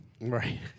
Right